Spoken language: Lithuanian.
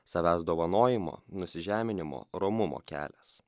savęs dovanojimo nusižeminimo romumo kelias